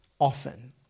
often